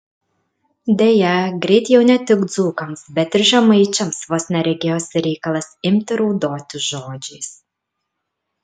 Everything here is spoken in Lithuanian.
deja greit jau ne tik dzūkams bet ir žemaičiams vos ne regėjosi reikalas imti raudoti žodžiais